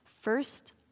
first